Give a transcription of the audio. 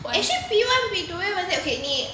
actually P one P two eh what's that okay வந்து:vanthu